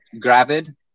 gravid